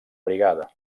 brigada